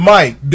Mike